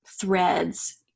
threads